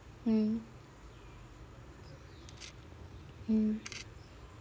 mm mm